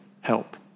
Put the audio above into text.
help